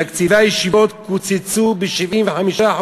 תקציבי הישיבות קוצצו ב-75%.